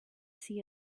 see